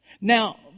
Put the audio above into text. Now